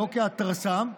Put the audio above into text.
לא כהתרסה.